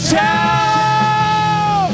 town